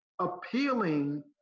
appealing